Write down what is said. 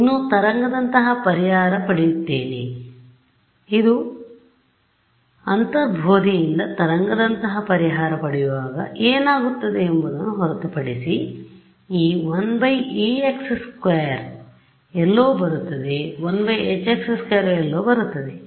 ಇನ್ನೂ ತರಂಗದಂತಹ ಪರಿಹಾರ ಪಡೆಯುತ್ತೇನೆ ಈ ಅಂತರ್ಬೋಧೆ ಯಿಂದ ತರಂಗದಂತಹ ಪರಿಹಾರ ಪಡೆಯುವಾಗ ಏನಾಗುತ್ತದೆ ಎಂಬುದನ್ನು ಹೊರತುಪಡಿಸಿ ಈ 1ex2 ಎಲ್ಲೋ ಬರುತ್ತದೆ 1hx2 ಎಲ್ಲೋ ಬರುತ್ತದೆ